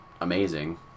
amazing